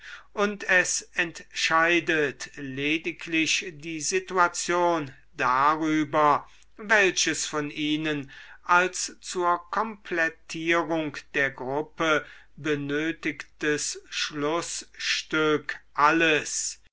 und es entscheidet lediglich die situation darüber welches von ihnen als zur komplettierung der gruppe benötigtes schlußstück alles